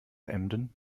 emden